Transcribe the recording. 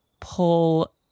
pull